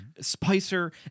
Spicer